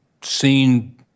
seen